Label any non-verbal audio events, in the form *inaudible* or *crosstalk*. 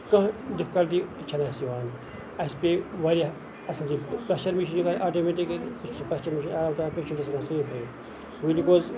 کانہہ ڈِفکَلٹی چھنہٕ اَسہِ یِوان اَسہِ پیٚیہِ واریاہ پیشر مِشیٖن آیہِ آٹومیٹکٔلی *unintelligible*